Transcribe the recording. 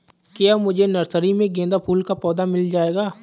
क्या मुझे नर्सरी में गेंदा फूल का पौधा मिल जायेगा?